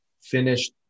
finished